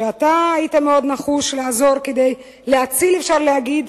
שאתה היית מאוד נחוש לעזור כדי להציל, אפשר להגיד,